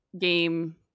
game